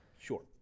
Sure